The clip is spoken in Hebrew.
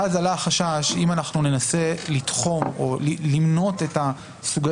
ואז עלה החשש שאם ננסה לתחום או למנות את סוגי